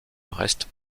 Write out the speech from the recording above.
reste